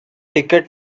ticket